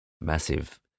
Massive